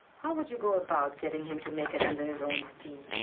how would you go about getting him to make it under his own steam?